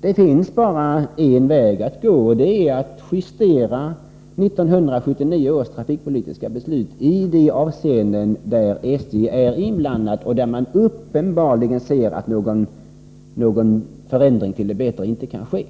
Det finns bara en väg att gå, och det är att justera 1979 års trafikpolitiska beslut i de avseenden där SJ är inblandat och där det är uppenbart att någon förändring till det bättre inte kan ske.